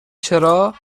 چرا